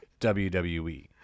WWE